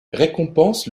récompense